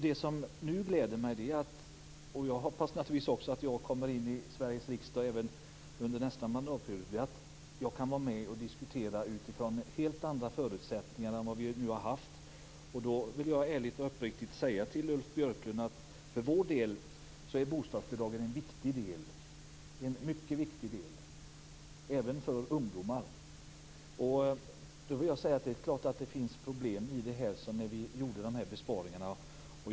Det som nu gläder mig - och jag hoppas naturligtvis att jag kommer in i Sveriges riksdag även under nästa mandatperiod - är att jag kan vara med och diskutera utifrån helt andra förutsättningar än vad vi nu har haft. Jag vill ärligt och uppriktigt säga till Ulf Björklund att för vår del är bostadsbidragen en mycket viktig del även för ungdomar. Det är klart att det finns problem. Vi gjorde ju besparingar.